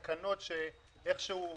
תקנות שאיכשהו,